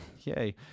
Yay